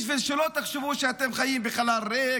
כדי שלא תחשבו שאתם חיים בחלל ריק,